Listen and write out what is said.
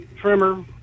trimmer